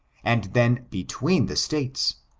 and then between the states,